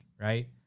right